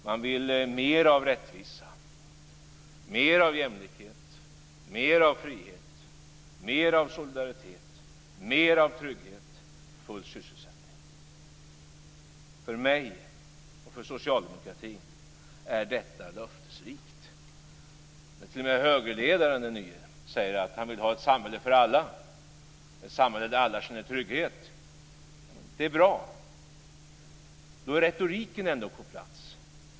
Man vill mera av rättvisa, mera av jämlikhet, mera av frihet, mera av solidaritet, mera av trygghet och full sysselsättning. För mig och för socialdemokratin är detta löftesrikt. T.o.m. den nye högerledaren säger att han vill ha ett samhälle för alla, ett samhälle där alla känner trygghet. Det är bra. Då är retoriken ändå på plats.